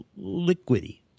liquidy